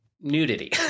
nudity